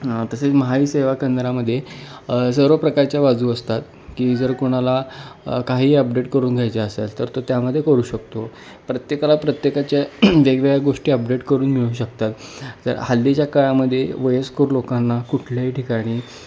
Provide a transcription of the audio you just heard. तसेच महाई सेवा केंद्रामध्ये सर्व प्रकारच्या बाजू असतात की जर कोणाला काहीही अपडेट करून घ्यायचे असेल तर त त्यामध्ये करू शकतो प्रत्येकाला प्रत्येकाच्या वेगवेगळ्या गोष्टी अपडेट करून मिळू शकतात तर हल्लीच्या काळामध्ये वयस्कर लोकांना कुठल्याही ठिकाणी